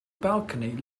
balcony